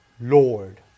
Lord